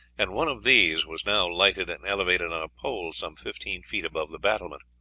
and one of these was now lighted and elevated on a pole some fifteen feet above the battlement.